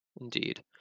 indeed